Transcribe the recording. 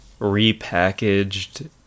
repackaged